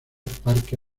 parque